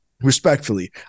Respectfully